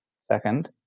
Second